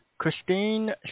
Christine